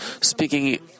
speaking